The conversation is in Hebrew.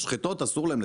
למשחטות אסור לתאם.